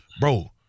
bro